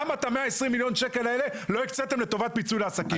למה את ה-120 מיליון שקל האלה לא הקציתם לטובת פיצוי לעסקים?